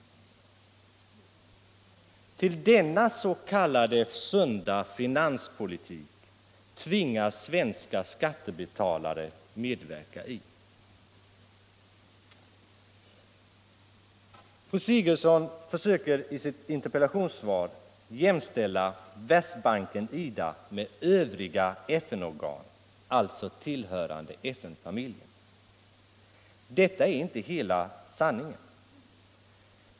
Till denna s.k. sunda finanspolitik tvingas svenska skattebetalare medverka. Fru Sigurdsen försöker i sitt interpellationssvar jämställa Världsbanken/IDA med övriga FN-organ, alltså tillhörande FN-familjen. Detta är inte hela sanningen.